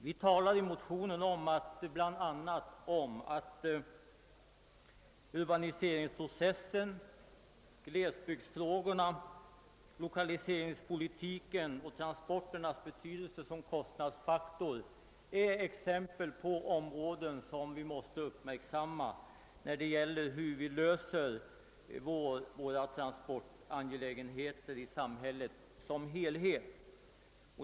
Vi talar i motionen bl.a. om urbaniseringsprocessen, glesbygdsfrågorna, <lokaliseringspolitiken och transporternas betydelse som kostnadsfaktor som exempel på områden som måste uppmärksammas när man skall lösa transportangelägenheterna i samhället som helhet.